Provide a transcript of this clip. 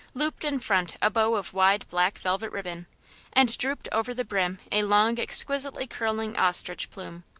looped in front a bow of wide black velvet ribbon and drooped over the brim a long, exquisitely curling ostrich plume.